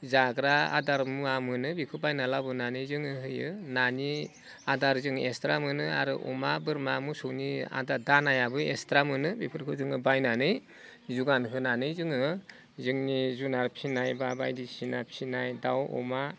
जाग्रा आदार मुवा मोनो बेखौ बायना लाबोनानै जोङो होयो नानि आदार जों एकस्ट्रा मोनो आरो अमा बोरमा मोसौनि आदार दानायाबो एकस्ट्रा मोनो बेफोरखौ जोङो बायनानै जुगानो होनानै जोङो जोंनि जुनाद फिनाय बा बायदिसिना फिनाय दाउ अमा